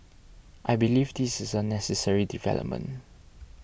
I believe this is a necessary development